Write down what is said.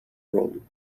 room